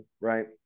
right